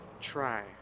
try